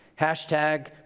hashtag